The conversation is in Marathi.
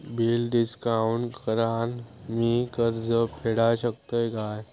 बिल डिस्काउंट करान मी कर्ज फेडा शकताय काय?